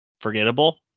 forgettable